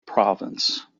province